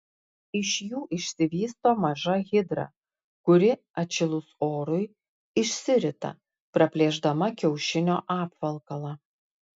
iš jų išsivysto maža hidra kuri atšilus orui išsirita praplėšdama kiaušinio apvalkalą